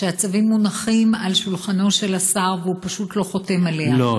שהצווים מונחים על שולחנו של השר והוא פשוט לא חותם עליהם,